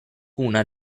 una